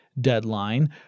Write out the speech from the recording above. deadline